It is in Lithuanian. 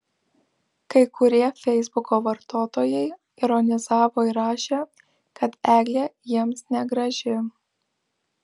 kai kurie feisbuko vartotojai ironizavo ir rašė kad eglė jiems negraži